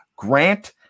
Grant